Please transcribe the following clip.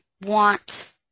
want